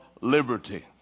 liberty